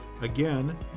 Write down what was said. Again